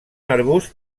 arbust